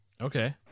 Okay